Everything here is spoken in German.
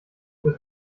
für